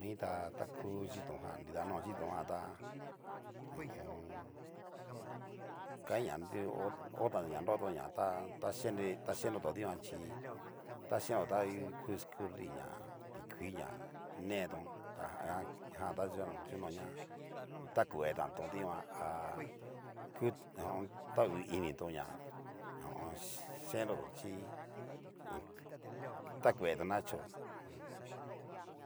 Noi ta ta ku no chitón jan nida nó chitonjan ta ho o on. hay ña na hotan na nrotón ña tayen tayen'nretón dikan chí ta chenro ta ku escurir na tikuii ña netón, ta a jan ta chinio ná takuetanto dikan há. ku a ho o on. tauinitón ña ho o on. yen nroton chí takueto ña kachó.